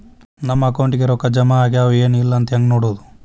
ನಮ್ಮ ಅಕೌಂಟಿಗೆ ರೊಕ್ಕ ಜಮಾ ಆಗ್ಯಾವ ಏನ್ ಇಲ್ಲ ಅಂತ ಹೆಂಗ್ ನೋಡೋದು?